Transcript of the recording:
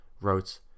wrote